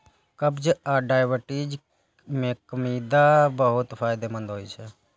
कब्ज आ डायबिटीज मे कदीमा बहुत फायदेमंद होइ छै